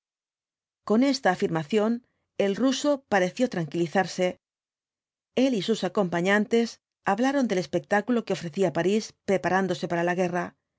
con esta afirmación el ruso pareció tranquilizarse v blasco ibáñhs el y sus acompañantes hablaron del espectáculo que ofrecía parís preparándose para la guerra